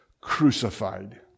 crucified